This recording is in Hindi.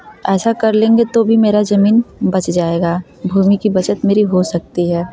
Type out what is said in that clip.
ऐसा कर लेंगे तो भी मेरा ज़मीन बच जाएगा भूमि की बचत मेरी हो सकती है